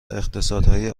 اقتصادهای